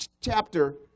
chapter